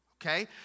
Okay